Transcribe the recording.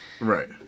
Right